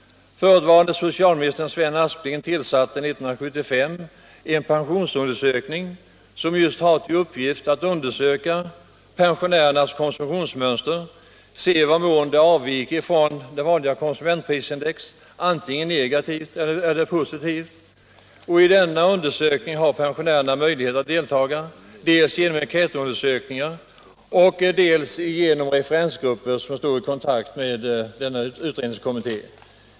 Förutvarande socialministern Sven Aspling tillsatte 1975 en pensionärsutredning som just har till uppgift att undersöka pensionärernas konsumtionsmönster och se i vad mån det avviker från det vanliga konsumentindexet — negativt eller positivt. I denna undersökning har pensionärerna möjlighet att delta, dels genom enkätundersökningar, dels genom referensgrupper som står i kontakt med denna utredningskommitté.